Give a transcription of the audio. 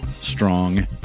strong